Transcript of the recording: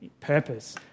purpose